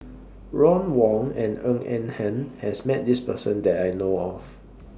Ron Wong and Ng Eng Hen has Met This Person that I know of